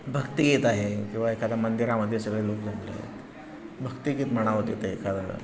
भक्तिगीत आहे किंवा एखाद्या मंदिरामध्ये सगळे लोक जमले आहेत भक्तिगीत म्हणावं तिथे एखादं